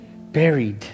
buried